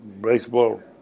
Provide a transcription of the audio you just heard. baseball